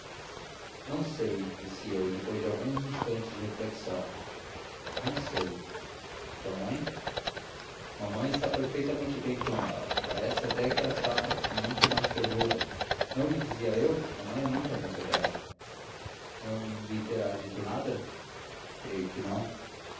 não sei disse eu depois de alguns instantes de reflexão não sei sua mãe mamãe está perfeitamente bem com ela parece até que a trata com muito mais ternura não lhe dizia eu mamãe é muito amiga dela não lhe terá dito nada creio que não